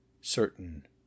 certain